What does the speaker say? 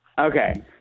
Okay